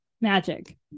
magic